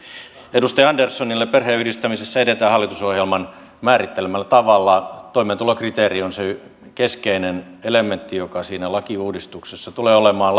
edustaja anderssonille perheenyhdistämisessä edetään hallitusohjelman määrittelemällä tavalla toimeentulokriteeri on se keskeinen elementti joka siinä lakiuudistuksessa tulee olemaan